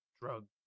drug